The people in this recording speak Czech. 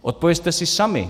Odpovězte si sami.